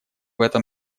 этом